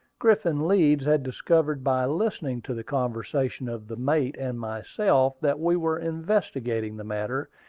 griffin leeds had discovered by listening to the conversation of the mate and myself, that we were investigating the matter,